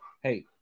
Hey